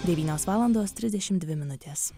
devynios valandos trisdešimt dvi minutės